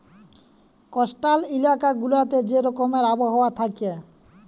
coastal ইলাকা গুলাতে যে রকম আবহাওয়া থ্যাকে